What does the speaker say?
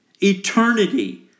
eternity